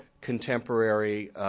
contemporary